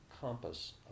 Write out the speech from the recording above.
compass